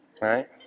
Right